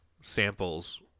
samples